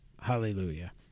Hallelujah